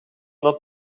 dat